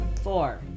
four